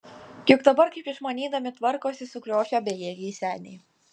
juk dabar kaip išmanydami tvarkosi sukriošę bejėgiai seniai